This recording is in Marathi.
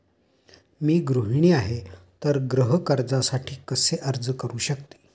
मी गृहिणी आहे तर गृह कर्जासाठी कसे अर्ज करू शकते?